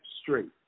straight